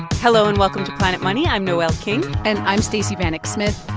hello, and welcome to planet money. i'm noel king and i'm stacey vanek smith.